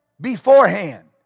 beforehand